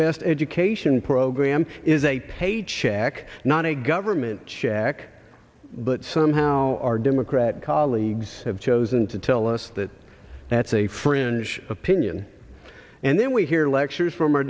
best education program is a paycheck not a government check but somehow our democrat colleagues have chosen to tell us that that's a fringe opinion and then we hear lectures from our